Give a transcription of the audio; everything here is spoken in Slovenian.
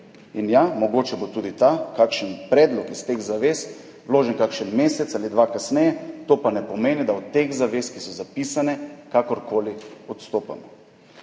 In ja, mogoče bo tudi kakšen predlog iz teh zavez vložen kakšen mesec ali dva kasneje, to pa ne pomeni, da od teh zavez, ki so zapisane, kakorkoli odstopamo.